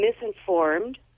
misinformed